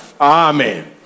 amen